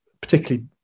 particularly